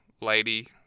lady